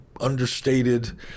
understated